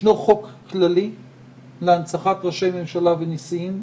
ישנו חוק כללי להנצחת ראשי ממשלה ונשיאים.